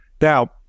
Now